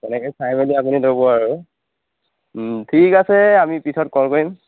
তেনেকৈ চাই মেলি আপুনি ল'ব আৰু ঠিক আছে আমি পিছত কল কৰিম